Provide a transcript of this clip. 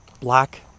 black